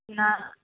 ନା